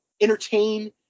entertain